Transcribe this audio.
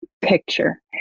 picture